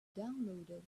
downloaded